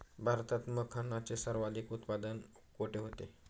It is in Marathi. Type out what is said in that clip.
भारतात मखनाचे सर्वाधिक उत्पादन कोठे होते?